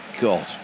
God